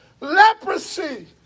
Leprosy